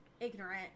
ignorant